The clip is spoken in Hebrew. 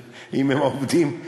אם הם עובדים,